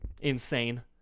insane